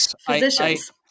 physicians